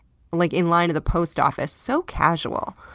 like in line at the post office, so casual.